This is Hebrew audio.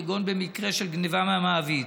כגון במקרה של גנבה מהמעביד.